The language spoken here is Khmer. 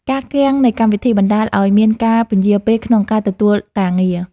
ការគាំងនៃកម្មវិធី បណ្ដាលឱ្យមានការពន្យារពេលក្នុងការទទួលការងារ។